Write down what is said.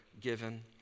given